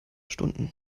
stunden